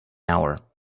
hour